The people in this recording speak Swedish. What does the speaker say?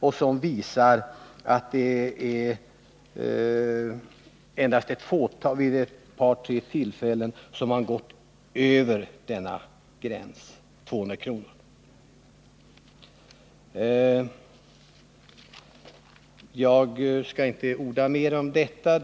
Av den framgår att man endast vid ett fåtal tillfällen överskridit 200-kronorsgränsen. Jag skall inte gå närmare in på detta.